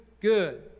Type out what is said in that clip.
good